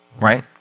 right